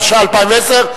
התשע"א 2010,